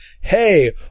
hey